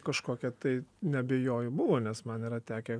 kažkokia tai neabejoju buvo nes man yra tekę